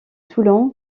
toulon